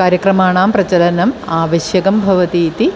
कार्यक्रमानां प्रचलनम् आवश्यकं भवति इति